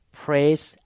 praise